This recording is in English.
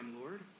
Lord